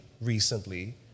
recently